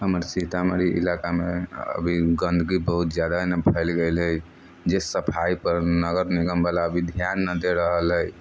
हमर सीतामढ़ी इलाकामे अभी गन्दगी बहुत जादा न फैल गेल है जे सफाइ पर नगर निगम बला अभी ध्यान न दे रहल है